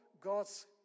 God's